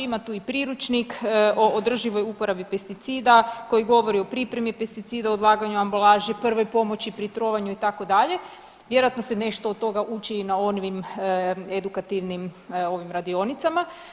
Ima tu i priručnik o održivoj uporabi pesticida koji govori o pripremi pesticida, odlaganju, ambalaži, prvoj pomoći pri trovanju itd., vjerojatno se nešto od toga uči i na onim edukativnim ovim radionicama.